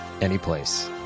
anyplace